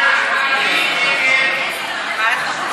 ההצעה